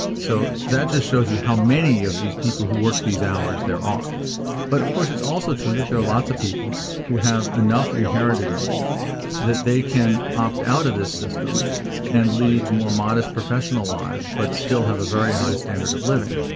so that just shows you how many of these people who work these hours there are but of course it's also true that there are lots of people who have enough inherited money that they can opt out of this system and lead more modest professional lives but still have a very high standard of living.